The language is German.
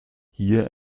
hier